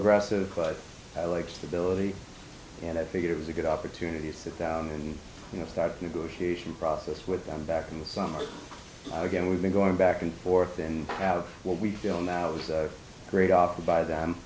aggressive but i like stability and i think it was a good opportunity to sit down and you know start negotiation process with them back in the summer again we've been going back and forth and have what we feel now was a great offer by th